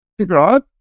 right